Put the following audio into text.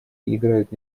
играют